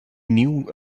knew